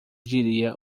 diria